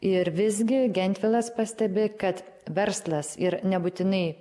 ir visgi gentvilas pastebi kad verslas ir nebūtinai